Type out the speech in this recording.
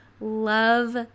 love